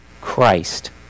Christ